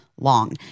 long